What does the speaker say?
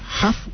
half